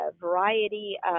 variety